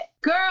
girl